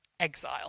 Exile